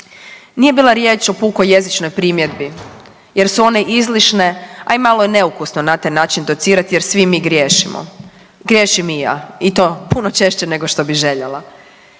nije bila riječ o pukoj jezičnoj primjedbi jer su one izlišne, a i malo je neukusno na taj način docirati jer svi mi griješimo. Griješim i ja i to puno češće nego što bi željela.